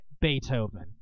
Beethoven